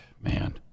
Man